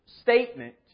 statement